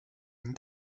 and